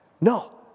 no